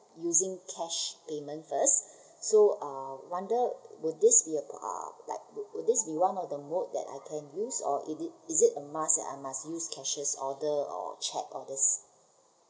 using cash payment first so uh wonder would this be uh like would this be one of the mode that I can use or is it is it a must that I must use cashier's order or cheque orders